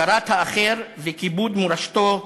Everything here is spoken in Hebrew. הכרת האחר וכיבוד מורשתו,